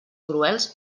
cruels